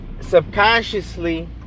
subconsciously